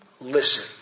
Listen